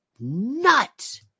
nuts